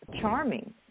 charming